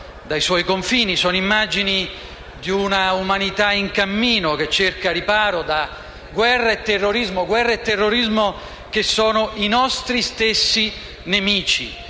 dai suoi confini; sono immagini di un'umanità in cammino, che cerca riparo da guerre e terrorismo, che sono i nostri stessi nemici.